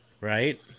Right